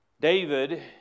David